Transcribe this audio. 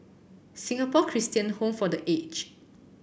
Singapore Christian Home for The Age